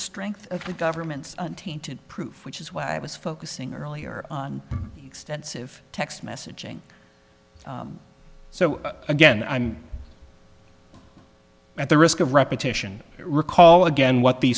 strength of the government's tainted proof which is why i was focusing earlier on extensive text messaging so again i'm at the risk of repetition recall again what the